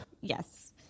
yes